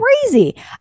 crazy